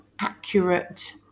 accurate